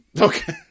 Okay